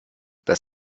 das